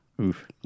Oof